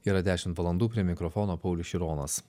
yra dešimt valandų prie mikrofono paulius šironas